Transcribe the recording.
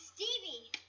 Stevie